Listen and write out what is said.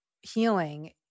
healing